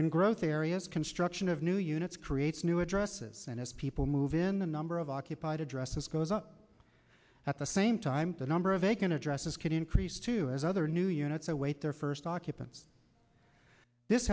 in growth areas construction of new units creates new addresses and as people move in the number of occupied addresses goes up at the same time the number of aiken addresses can increase too as other new units await their first occupants this